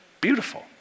beautiful